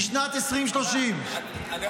בשנת 2030 --- אני יכול לשאול אותו שאלה?